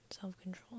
self-control